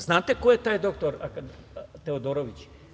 Znate li koje je taj doktor Teodorović?